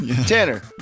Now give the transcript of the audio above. Tanner